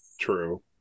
True